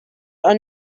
are